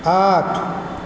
आठ